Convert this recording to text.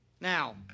Now